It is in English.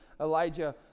Elijah